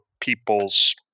people's